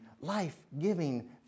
life-giving